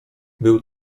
był